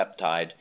peptide